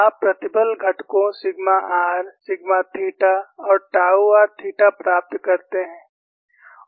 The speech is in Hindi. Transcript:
आप प्रतिबल घटकों सिग्मा r सिग्मा थीटा और टाऊ r थीटा प्राप्त करते हैं